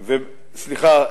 סליחה,